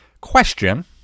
Question